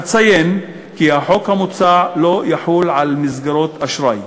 אציין כי החוק המוצע לא יחול על מסגרות אשראי.